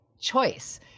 choice